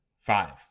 Five